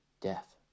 death